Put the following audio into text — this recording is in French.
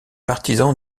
partisan